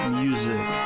music